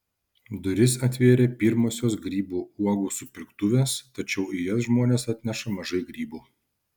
duris atvėrė pirmosios grybų uogų supirktuvės tačiau į jas žmonės atneša mažai grybų